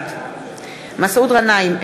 בעד מסעוד גנאים,